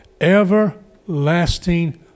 everlasting